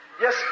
Yes